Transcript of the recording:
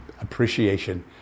appreciation